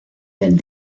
del